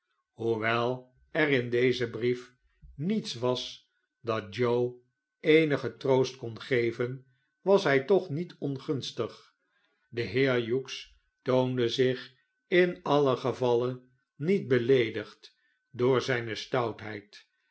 hoewel er in dezen brief niets was dat joe eenigen troost kon geven was hij toch niet ongunstig de heer hughes toonde zich in alien gevalle niet beleedigd door zijne